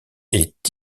est